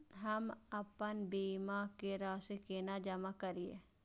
हम आपन बीमा के राशि केना जमा करिए?